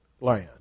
land